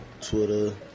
Twitter